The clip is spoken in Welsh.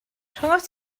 rhyngot